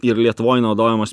ir lietuvoj naudojamas